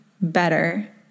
better